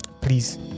please